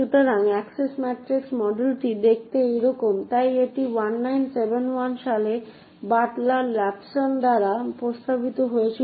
সুতরাং access matrix মডেলটি দেখতে এইরকম তাই এটি 1971 সালে বাটলার ল্যাম্পসন দ্বারা প্রস্তাবিত হয়েছিল